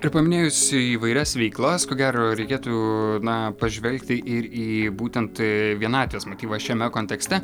ir paminėjus įvairias veiklas ko gero reikėtų na pažvelgti ir į būtent vienatvės motyvą šiame kontekste